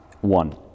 One